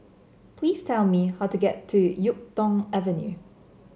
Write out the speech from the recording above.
please tell me how to get to YuK Tong Avenue